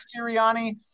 Sirianni